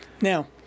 Now